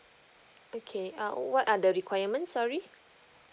okay uh what are the requirements sorry